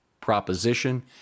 proposition